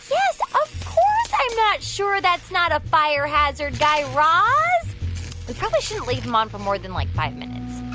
yes, of course i'm not sure that's not a fire hazard, guy raz. we probably shouldn't leave them on for more than, like, five minutes